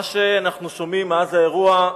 מה שאנחנו שומעים מאז האירוע,